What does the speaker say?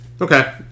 Okay